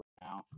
now